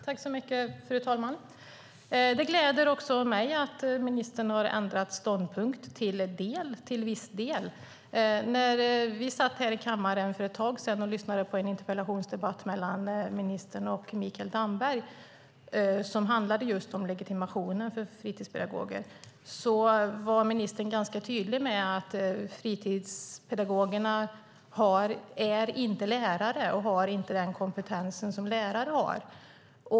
Fru talman! Det gläder också mig att ministern har ändrat ståndpunkt till viss del. När vi satt här i kammaren för ett tag sedan och lyssnade på en interpellationsdebatt mellan ministern och Mikael Damberg som handlade just om legitimationen för fritidspedagoger var ministern ganska tydlig med att fritidspedagogerna inte är lärare och inte har den kompetens som lärare har.